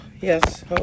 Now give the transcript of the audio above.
yes